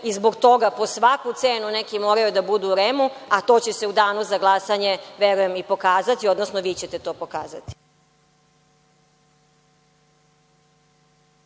i zbog toga po svaku cenu neki moraju da budu u REM a to će se u danu za glasanje verujem i pokazati, odnosno vi ćete to pokazati.(Vladimir